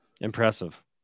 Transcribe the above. Impressive